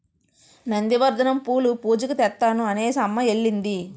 నంది వర్ధనం పూలు పూజకి తెత్తాను అనేసిఅమ్మ ఎల్లింది